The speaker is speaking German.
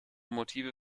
motive